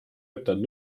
töötajad